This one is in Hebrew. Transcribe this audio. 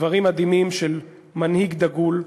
דברים מדהימים של מנהיג דגול.